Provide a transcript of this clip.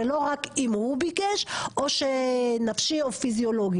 ולא רק אם הוא ביקש או שנפשי או פיזיולוגי,